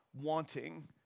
wanting